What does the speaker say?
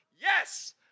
Yes